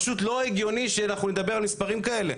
פשוט לא הגיוני שאנחנו נדבר על מספרים כאלה,